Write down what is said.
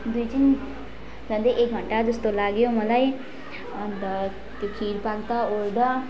दुइ तिन झन्डै एक घन्टा जस्तो लाग्यो मलाई अन्त त्यो खिर पाक्दा ओर्दा